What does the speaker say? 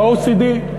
ב-OECD.